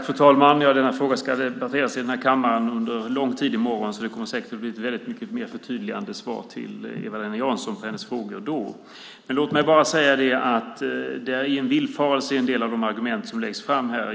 Fru talman! Denna fråga ska debatteras i kammaren under lång tid i morgon, och det kommer säkert att komma ett förtydligande på Eva-Lena Janssons frågor då. Låt mig säga att det finns en villfarelse i en del av argumenten som läggs fram.